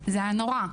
זה היה נורא.